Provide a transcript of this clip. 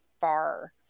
far